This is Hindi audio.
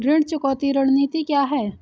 ऋण चुकौती रणनीति क्या है?